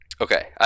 Okay